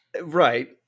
Right